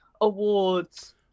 awards